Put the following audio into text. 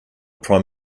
prime